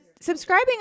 subscribing